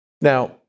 Now